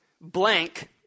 blank